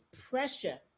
pressure